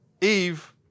Eve